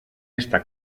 esta